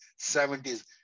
70s